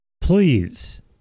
Please